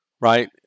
right